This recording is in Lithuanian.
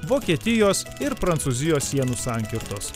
vokietijos ir prancūzijos sienų sankirtos